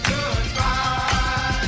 Goodbye